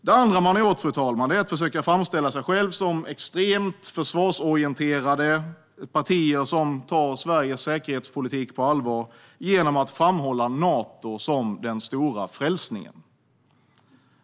Det andra de har gjort, fru talman, är att försöka framställa sig själva som extremt försvarsorienterade partier som tar Sveriges säkerhetspolitik på allvar genom att framhålla Nato som den stora frälsningen.